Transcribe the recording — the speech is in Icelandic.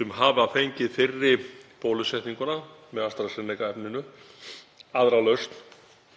sem hafa fengið fyrri bólusetninguna með AstraZeneca-efninu aðra lausn.